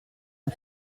une